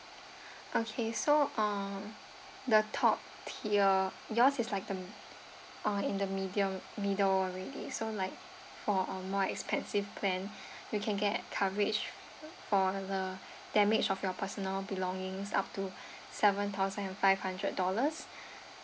okay so uh the top tier yours is like the uh in the medium middle already so like for a more expensive plan you can get coverage for the damage of your personal belongings up to seven thousand and five hundred dollars